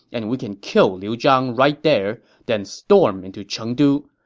and we can kill liu zhang right there, then storm into chengdu.